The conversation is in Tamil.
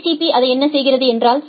பி அதை என்ன செய்கிறது என்றால் டி